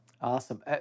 Awesome